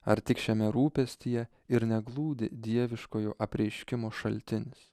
ar tik šiame rūpestyje ir neglūdi dieviškojo apreiškimo šaltinis